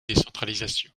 décentralisation